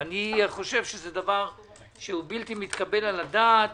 אני חושב שזה בלתי מתקבל על הדעת.